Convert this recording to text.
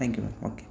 thank you ma'am okay